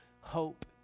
Hope